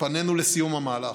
ופנינו לסיום המהלך,